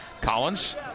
Collins